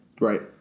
Right